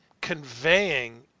conveying